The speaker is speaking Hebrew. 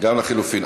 גם לחלופין.